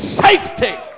safety